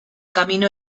camino